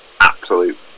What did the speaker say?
absolute